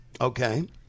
Okay